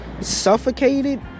suffocated